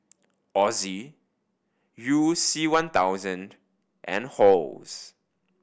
Ozi You C One thousand and Halls